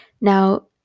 Now